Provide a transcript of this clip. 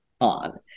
on